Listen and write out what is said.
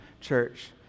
church